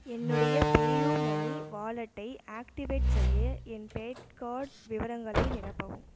என்னுடைய பேயூமணி வாலெட்டை ஆக்டிவேட் செய்ய என் பேட் கார்டு விவரங்களை நிரப்பவும்